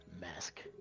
mask